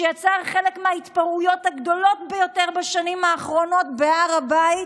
שיצר חלק מההתפרעויות הגדולות ביותר בשנים האחרונות בהר הבית,